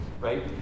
right